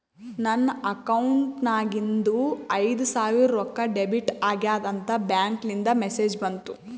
ನನ್ ಅಕೌಂಟ್ ನಾಗಿಂದು ಐಯ್ದ ಸಾವಿರ್ ರೊಕ್ಕಾ ಡೆಬಿಟ್ ಆಗ್ಯಾದ್ ಅಂತ್ ಬ್ಯಾಂಕ್ಲಿಂದ್ ಮೆಸೇಜ್ ಬಂತು